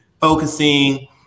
focusing